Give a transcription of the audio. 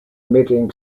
emitting